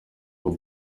ubu